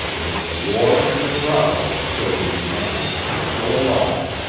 there was a roar and a growl that showed me the animals were still alive.